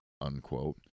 unquote